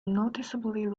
noticeably